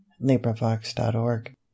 LibriVox.org